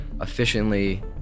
efficiently